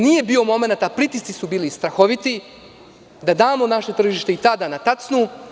Nije bio momenat, a pritisci su bili strahoviti da damo naše tržište i tada na tacnu.